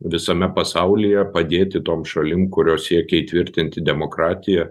visame pasaulyje padėti tom šalim kurios siekia įtvirtinti demokratiją